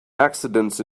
accidents